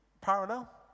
parallel